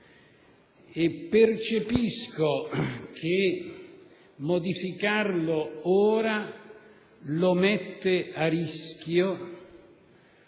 e percepisco che modificarlo ora lo mette a rischio.